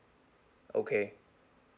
okay